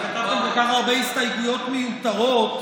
כתבתם כל כך הרבה הסתייגויות מיותרות.